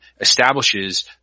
establishes